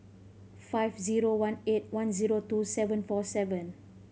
five zero one eight one zero two seven four seven